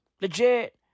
Legit